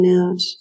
out